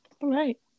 Right